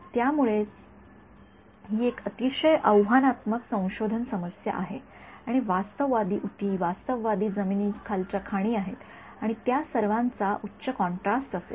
यामुळेच ही एक अतिशय आव्हानात्मक संशोधन समस्या आहे आणि वास्तववादी उती वास्तववादी जमिनीखालच्या खाणी आहेत आणि त्या सर्वांचा उच्च कॉन्ट्रास्ट असेल